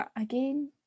Again